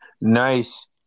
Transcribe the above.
Nice